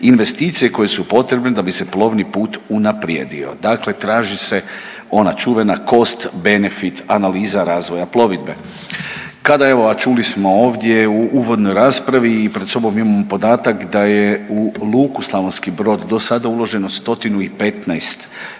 investicije koje su potrebne da bi se plovni put unaprijedio. Dakle, traži se ona čuvena cost benefit analiza razvoja plovidbe. Kada evo, a čuli smo ovdje u uvodnoj raspravi i pred sobom imamo podatak da je u luku Slavonski Brod do sada uloženo 115